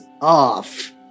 off